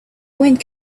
wind